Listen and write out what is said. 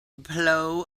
blow